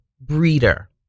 breeder